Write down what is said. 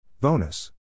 Bonus